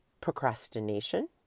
procrastination